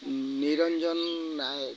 Niranjan Nayak